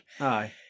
Aye